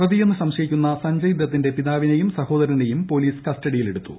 പ്രതിയെന്ന് സംശയിക്കുന്ന സഞ്ജയ് ദത്തിന്റെ പിതാവിനെയും സഹോദരനെയും പോലീസ് കസ്റ്റഡിയിലെടുത്തു